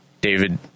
David